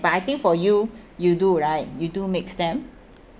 but I think for you you do right you do mix them